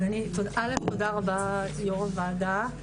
תודה רבה יו"ר הוועדה,